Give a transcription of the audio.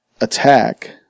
attack